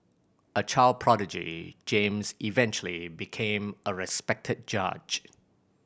a child prodigy James eventually became a respected judge